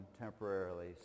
temporarily